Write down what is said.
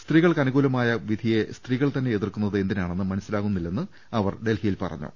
സ്ത്രീകൾക്കനുകൂലമായ വിധിയെ സ്ത്രീകൾ തന്നെ എതിർക്കുന്നത് എന്തിനാണെന്ന് മനസിലാകുന്നില്ലെന്ന് അവർ ഡൽഹിയിൽ പറഞ്ഞു